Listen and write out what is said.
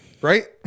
right